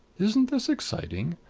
isn't this exciting?